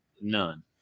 none